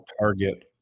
target